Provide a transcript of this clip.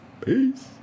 peace